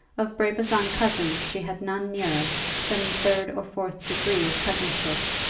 of brabazon cousins she had none nearer than the third or fourth degree of cousinship,